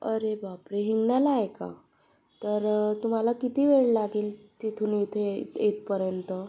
अरे बापरे हिंगण्याला आहे का तर तुम्हाला किती वेळ लागेल तिथून इथे इथ इथपर्यंत